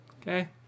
Okay